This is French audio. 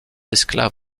esclaves